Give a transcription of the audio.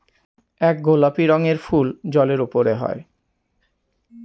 এক গোলাপি রঙের ফুল জলের উপরে হয়